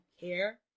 care